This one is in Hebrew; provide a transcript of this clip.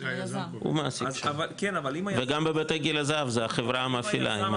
הוא מעסיק שלו וגם בבתי גיל הזהב זה החברה המפעילה.